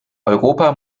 europa